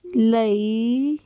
ਲਈ